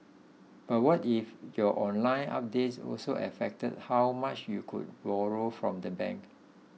but what if your online updates also affected how much you could borrow from the bank